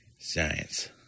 science